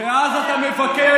מי הסמיך את,